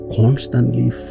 constantly